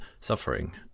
suffering